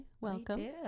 Welcome